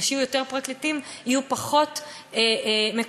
כשיהיו יותר פרקליטים יהיו פחות מקומות,